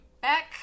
back